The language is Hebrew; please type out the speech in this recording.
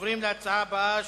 תודה רבה.